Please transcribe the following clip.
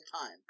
time